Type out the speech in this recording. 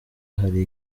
hari